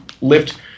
lift